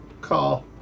Call